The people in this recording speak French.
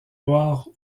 loire